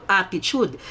attitude